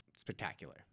spectacular